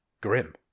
grim